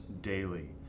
daily